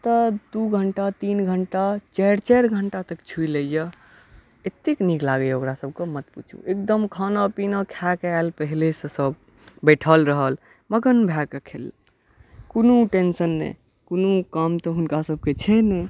तऽ दू घंटा तीन घंटा चारि चारि घंटा तक छुइ लै यऽ एतेक नीक लागैया ओकरा सबके नहि पुछू एगदम खाना पीना खाय कऽ आयल पहिले सँ सब बैठल रहल मगन भए कऽ खेललक कोनो टेंशन नहि कोनो काम तऽ हुनका सबकेँ छै नहि